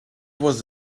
was